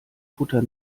futter